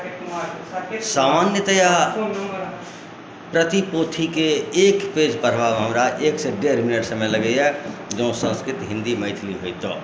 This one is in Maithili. सामान्यतः प्रति पोथीके एक पेज पढ़बामे हमरा एकसँ डेढ़ मिनट समय लगैया जँ सन्स्कृत हिन्दी मैथिली होइ तऽ